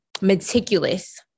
meticulous